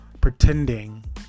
pretending